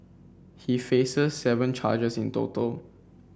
he faces seven charges in total